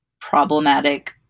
problematic